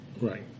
Right